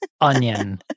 Onion